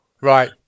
Right